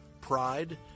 pride